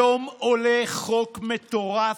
היום עולה חוק מטורף,